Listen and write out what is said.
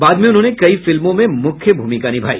बाद में उन्होंने कई फिल्मों में मुख्य भूमिका निभाई